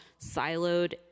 siloed